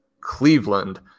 Cleveland